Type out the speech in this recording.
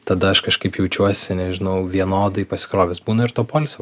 tada aš kažkaip jaučiuosi nežinau vienodai pasikrovęs būna ir to poilsio